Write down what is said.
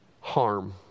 harm